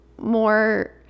more